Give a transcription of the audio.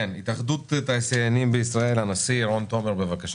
התאחדות התעשיינים בישראל, הנשיא רון תומר, בבקשה.